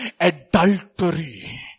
adultery